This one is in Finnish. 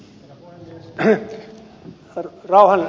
herra puhemies